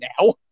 now